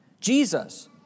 Jesus